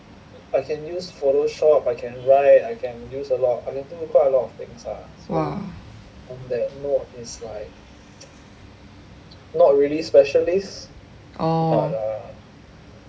!wah! oh